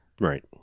Right